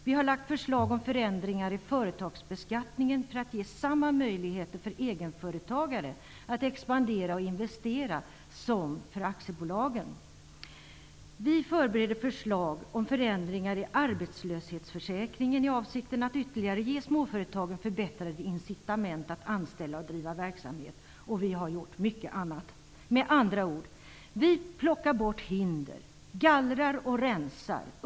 Vi har lagt fram förslag om förändringar i företagsbeskattningen för att ge samma möjligheter för egenföretagare att expandera och investera som för aktiebolagen. Vi förbereder förslag om förändringar i arbetslöshetsförsäkringen i avsikten att ytterligare ge småföretagen förbättrade incitament att driva verksamhet och anställa. Vi har gjort mycket annat. Med andra ord: Vi plockar bort hinder, gallrar och rensar.